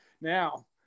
now